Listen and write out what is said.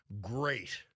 great